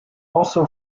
also